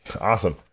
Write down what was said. Awesome